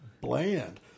bland